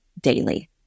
daily